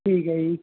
ਠੀਕ ਹੈ ਜੀ